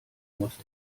musst